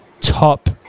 top